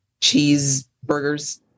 cheeseburgers